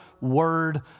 word